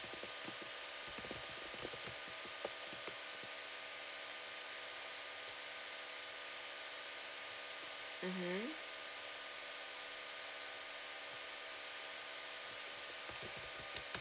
mmhmm